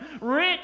rich